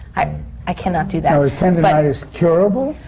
i i can not do that. now, is tendonitis curable?